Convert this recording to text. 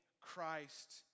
Christ